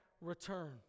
return